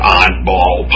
oddball